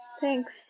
Thanks